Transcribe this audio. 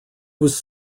was